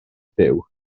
byw